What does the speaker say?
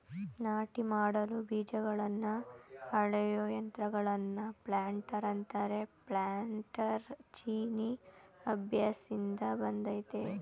ನಾಟಿ ಮಾಡಲು ಬೀಜಗಳನ್ನ ಅಳೆಯೋ ಯಂತ್ರಗಳನ್ನ ಪ್ಲಾಂಟರ್ ಅಂತಾರೆ ಪ್ಲಾನ್ಟರ್ ಚೀನೀ ಅಭ್ಯಾಸ್ದಿಂದ ಬಂದಯ್ತೆ